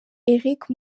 eric